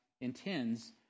intends